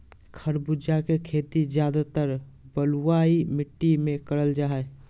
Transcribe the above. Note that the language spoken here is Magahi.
खरबूजा के खेती ज्यादातर बलुआ मिट्टी मे करल जा हय